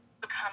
become